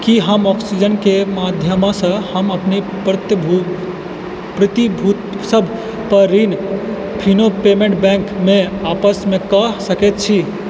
की हम ऑक्सीजनके माध्यमसँ हम अपन प्रतिभूतिसबपर ऋण फिनो पेमेन्ट्स बैंकमे वापस कऽ सकै छी